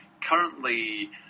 currently